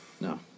No